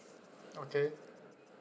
okay